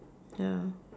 ya